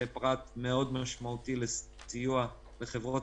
זה פרט מאוד משמעותי לסיוע לחברות